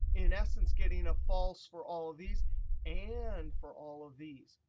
in essence, getting a false for all of these and for all of these.